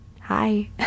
Hi